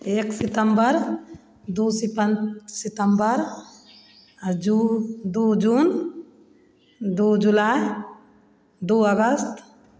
एक सितम्बर दुइ सिपत सितम्बर आओर जू दुइ जून दुइ जुलाइ दुइ अगस्त